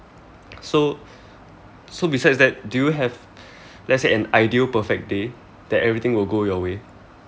so so besides that do you have let's say an ideal perfect day that everything will go your way